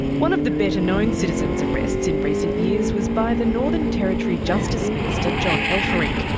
one of the better known citizen's arrests in recent years was by the northern territory justice minister john elferink,